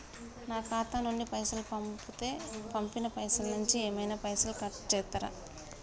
నా ఖాతా నుండి పైసలు పంపుతే పంపిన పైసల నుంచి ఏమైనా పైసలు కట్ చేత్తరా?